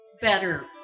better